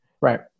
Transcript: right